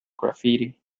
graffiti